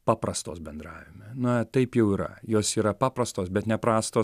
paprastos bendravime na taip jau yra jos yra paprastos bet neprastos